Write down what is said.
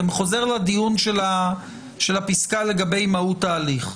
זה חוזר לדיון של הפסקה לגבי מהות ההליך.